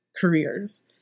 careers